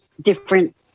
different